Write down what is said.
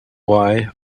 why